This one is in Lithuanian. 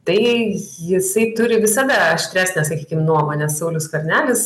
tai jisai turi visada aštresnę sakykim nuomonę saulius skvernelis